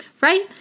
Right